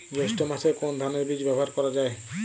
জৈষ্ঠ্য মাসে কোন ধানের বীজ ব্যবহার করা যায়?